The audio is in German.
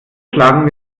schlagen